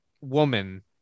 woman